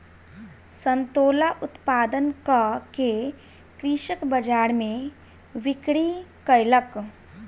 संतोला उत्पादन कअ के कृषक बजार में बिक्री कयलक